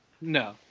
no